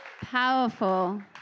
Powerful